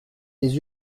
des